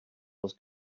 was